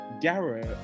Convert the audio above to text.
Garrett